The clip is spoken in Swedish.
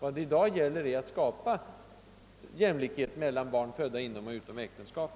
Vad det i dag gäller är att skapa jämlikhet mellan barn födda inom och utom äktenskap.